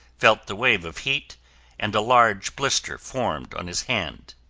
felt the wave of heat and a large blister formed on his hand.